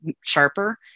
sharper